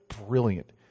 brilliant